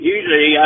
Usually